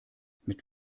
mit